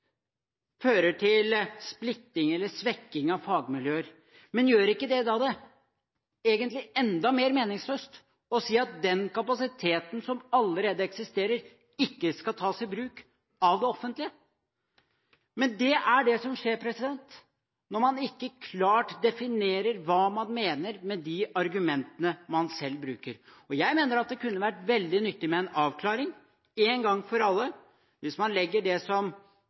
fører til splitting eller svekking av fagmiljøer. Men gjør ikke det det egentlig enda mer meningsløst å si at den kapasiteten som allerede eksisterer, ikke skal tas i bruk av det offentlige? Det er det som skjer når man ikke klart definerer hva man mener med de argumentene man selv bruker. Jeg mener det kunne vært veldig nyttig med en avklaring, en gang for alle. Man kan legge det som